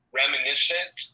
reminiscent